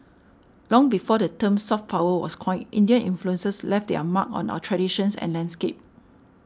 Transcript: long before the term 'soft power' was coined Indian influences left their mark on our traditions and landscape